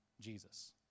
jesus